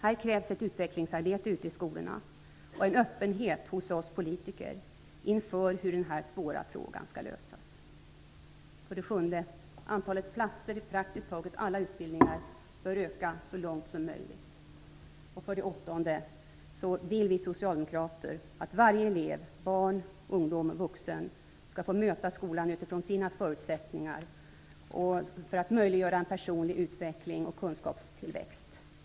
Det krävs ett utvecklingsarbete ute i skolorna och en öppenhet hos oss politiker inför hur denna svåra fråga skall lösas. För det sjunde bör antalet platser i praktiskt taget alla utbildningar öka så långt det är möjligt. För det åttonde vill vi socialdemokrater att varje elev -- barn, ungdomar och vuxna -- skall få möta skolan utifrån sina förutsättningar för att möjliggöra en personlig utveckling och kunskapstillväxt.